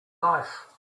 life